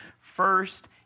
first